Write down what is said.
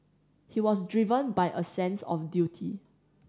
he was driven by a sense a duty